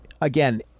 again